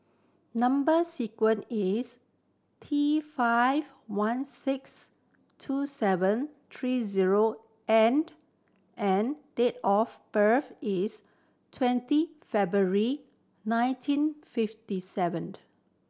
number sequence is T five one six two seven three zero and N date of birth is twenty February nineteen fifty seven